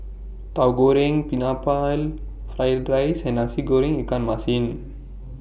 Tauhu Goreng Pineapple Fried Rice and Nasi Goreng Ikan Masin